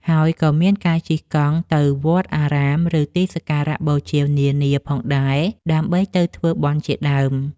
ហើយក៏មានការជិះកង់ទៅវត្តអារាម ឬទីសក្ការៈបូជានានាផងដែរ ដើម្បីទៅធ្វើបុណ្យជាដើម។